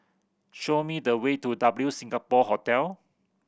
show me the way to W Singapore Hotel